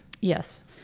Yes